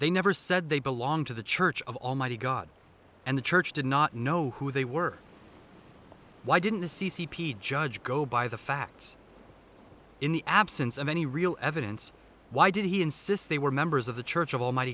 they never said they belonged to the church of almighty god and the church did not know who they were why didn't the c c p judge go by the facts in the absence of any real evidence why did he insists they were members of the church of al